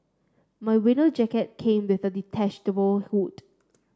my winter jacket came with a detachable hood